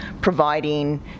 providing